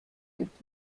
gibt